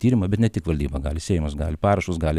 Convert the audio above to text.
tyrimą bet ne tik valdyba gali seimas gali ir parašus gali